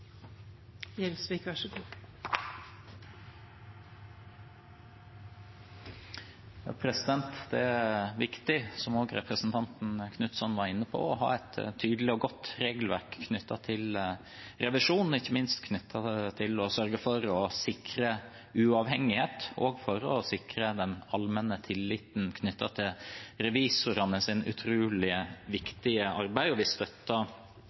var inne på, å ha et tydelig og godt regelverk knyttet til revisjon, ikke minst for å sørge for å sikre uavhengighet og for å sikre den allmenne tilliten knyttet til revisorenes utrolig viktige arbeid, og vi støtter